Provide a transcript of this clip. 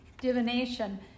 divination